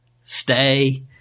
stay